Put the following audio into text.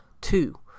two